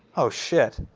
oh shit.